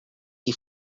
you